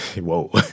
Whoa